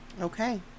Okay